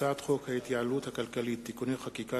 הצעת חוק ההתייעלות הכלכלית (תיקוני חקיקה